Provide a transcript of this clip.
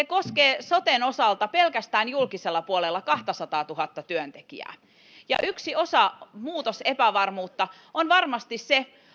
koskee soten osalta pelkästään julkisella puolella kahtasataatuhatta työntekijää yksi osa muutosepävarmuutta on varmasti se